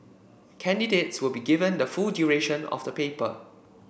candidates would be given the full duration of the paper